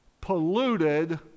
Polluted